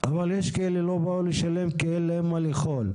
אבל יש כאלה שלא באו לשלם כי אין להם מה לאכול,